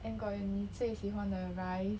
and got 你最喜欢的 rice